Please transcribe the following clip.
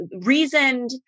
reasoned